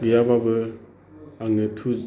गैयाब्लाबो आङो टु